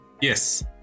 Yes